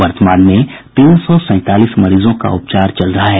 वर्तमान में तीन सौ सैंतालीस मरीजों का उपचार चल रहा है